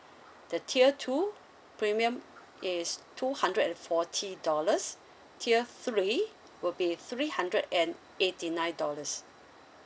the tier two premium is two hundred and forty dollars tier three will be three hundred and eighty nine dollars